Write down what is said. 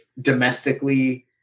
domestically